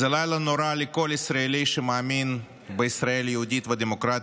זה לילה נורא לכל ישראלי שמאמין בישראל יהודית ודמוקרטית,